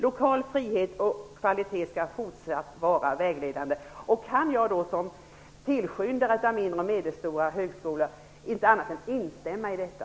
Lokal frihet och kvalitet skall fortsatt vara vägledande. Kan jag då som tillskyndare av mindre och medelstora högskolor annat än instämma i detta?